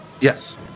Yes